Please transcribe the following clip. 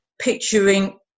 picturing